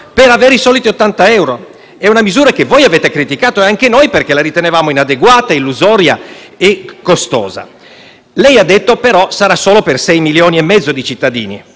per avere i soliti 80 euro? È una misura che voi avete criticato, e anche noi, perché la ritenevamo inadeguata, illusoria e costosa. Lei ha detto, però, che sarà solo per 6,5 milioni di cittadini.